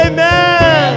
Amen